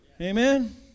Amen